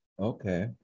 okay